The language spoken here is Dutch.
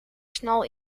snel